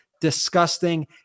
disgusting